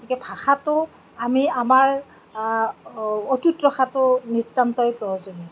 গতিকে ভাষাটো আমি আমাৰ অটুত ৰখাটো নিতান্তই প্ৰয়োজনীয়